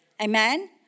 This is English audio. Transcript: Amen